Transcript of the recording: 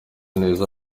neza